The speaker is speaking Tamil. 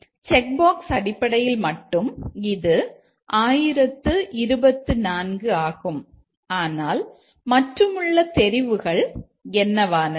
ஆகவே செக்பாக்ஸ் அடிப்படையில் மட்டும் இது 1024 ஆகும் ஆனால் மற்றுமுள்ள தெரிவுகள் என்னவானது